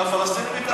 שהפלסטינים יתאבדו?